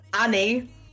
Annie